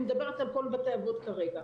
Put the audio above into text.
אני מדברת על כל בתי האבות כרגע.